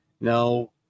now